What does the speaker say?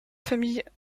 famille